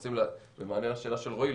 ובמענה לשאלה של רועי,